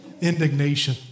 indignation